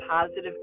positive